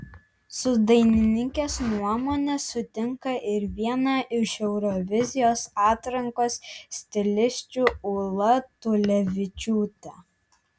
su dainininkės nuomone sutinka ir viena iš eurovizijos atrankos stilisčių ūla tulevičiūtė